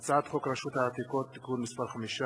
הצעת חוק רשות העתיקות (תיקון מס' 5),